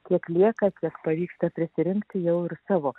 kiek lieka kiek pavyksta prisirinkti jau ir savo